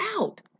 out